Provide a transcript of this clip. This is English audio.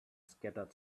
scattered